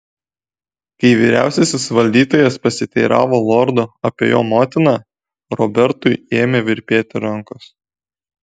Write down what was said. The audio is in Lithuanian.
kai vyriausiasis valdytojas pasiteiravo lordo apie jo motiną robertui ėmė virpėti rankos